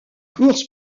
course